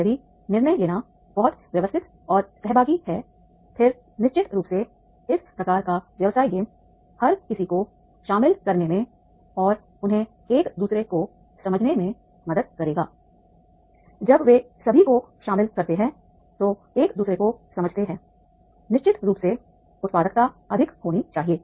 यदि निर्णय लेना बहुत व्यवस्थित और सहभागी है फिर निश्चित रूप से इस प्रकार का व्यवसाय गेम हर किसी को शामिल करने में और उन्हें एक दूसरे को समझने में मदद करेगा जब वे सभी को शामिल करते हैं तो एक दूसरे को समझते हैं निश्चित रूप से उत्पादकता अधिक होनी चाहिए